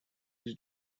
his